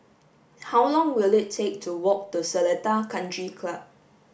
how long will it take to walk to Seletar Country Club